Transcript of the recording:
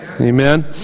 Amen